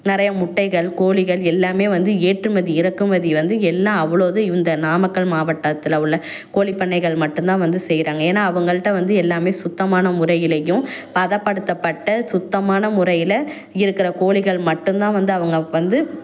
நிறையா முட்டைகள் கோழிகள் எல்லாமே வந்து ஏற்றுமதி இறக்குமதி வந்து எல்லாம் அவ்வளோ இதும் இந்த நாமக்கல் மாவட்டத்தில் உள்ள கோழி பண்ணைகள் மட்டும் தான் வந்து செய்கிறாங்க ஏன்னா அவங்கள்ட்ட வந்து எல்லாமே சுத்தமான முறையிலையும் பதப்படுத்தப்பட்ட சுத்தமான முறையில் இருக்கிற கோழிகள் மட்டும் தான் வந்து அவங்க வந்து